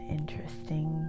interesting